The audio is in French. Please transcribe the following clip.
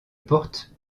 porte